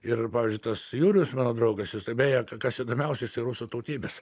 ir pavyzdžiui tas jurijus mano draugas jisai beje kas įdomiausia jisai rusų tautybės